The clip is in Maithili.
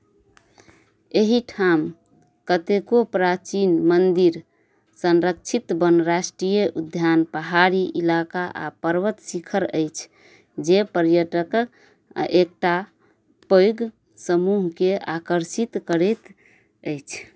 एहिठाम कतेको प्राचीन मन्दिर संरक्षित वन राष्ट्रीय उद्यान पहाड़ी इलाका आ पर्वत शिखर अछि जे पर्यटकक एक टा पैघ समूहकेँ आकर्षित करैत अछि